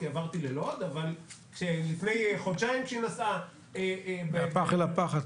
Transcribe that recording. כי עברתי ללוד אבל כשלפני חודשיים שהיא נסעה --- מהפחת אל הפחת,